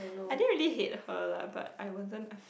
I didn't really hate her lah but I wasn't